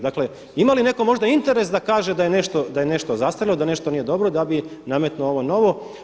Dakle ima li netko možda interes da kaže da je nešto zastarjelo, da nešto nije dobro da bi nametnuo ovo novo?